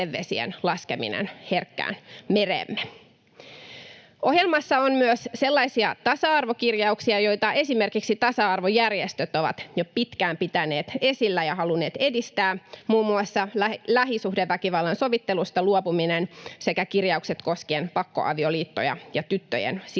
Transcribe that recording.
Ohjelmassa on myös sellaisia tasa-arvokirjauksia, joita esimerkiksi tasa-arvojärjestöt ovat jo pitkään pitäneet esillä ja halunneet edistää, muun muassa lähisuhdeväkivallan sovittelusta luopuminen sekä kirjaukset koskien pakkoavioliittoja ja tyttöjen silpomista.